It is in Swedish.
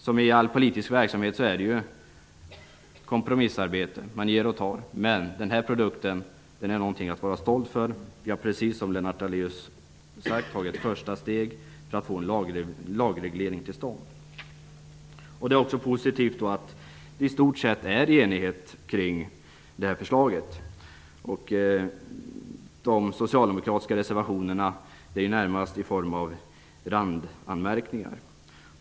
Som i all politisk verksamhet är det fråga om ett kompromissarbete -- man både ger och tar. Men den här produkten är något att vara stolt över. Vi har, precis som Lennart Daléus sade, tagit ett första steg när det gäller att få en lagreglering till stånd. Vidare är det positivt att det i stort sett råder enighet kring det här förslaget. De socialdemokratiska reservationerna är närmast att se som randanmärkningar.